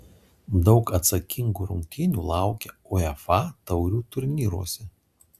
daug atsakingų rungtynių laukia uefa taurių turnyruose